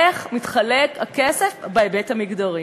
איך הכסף מתחלק בהיבט המגדרי.